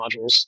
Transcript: modules